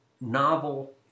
novel